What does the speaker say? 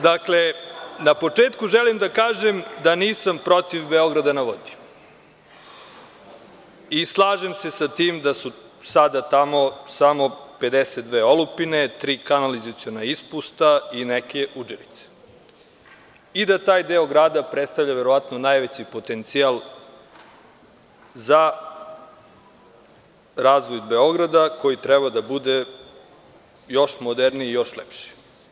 Na početku želim da kažem da nisam protiv „Beograda na vodi“ i slažem se sa tim da su sada tamo samo 52 olupine, tri kanalizaciona ispusta i neke udžerice i da taj deo grada predstavlja verovatno najveći potencijal za razvoj Beograda koji treba da bude još moderniji i još lepši.